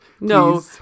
No